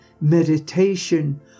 meditation